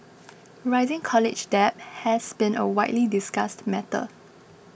rising college debt has been a widely discussed matter